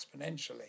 exponentially